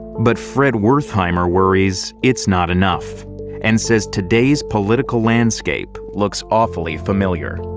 but fred wertheimer worries it's not enough and says today's political landscape looks awfully familiar.